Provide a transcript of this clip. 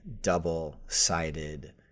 double-sided